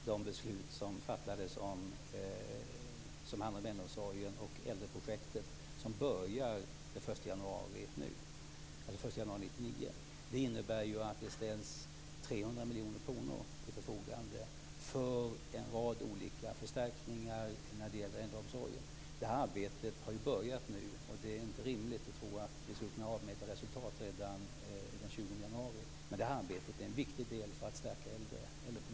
Fru talman! Jag tror att Ingrid Burman känner till de beslut som fattades om äldreomsorgen och äldreprojektet, som börjar den 1 januari 1999. Det innebär att det ställs 300 miljoner kronor till förfogande för en rad olika förstärkningar när det gäller äldreomsorgen. Det arbetet har ju börjat nu, och det är inte rimligt att tro att vi skulle kunna avmäta resultat redan den 20 januari. Men det arbetet är en viktig del för att stärka äldrepolitiken.